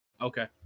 Okay